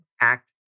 act